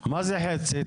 חצי?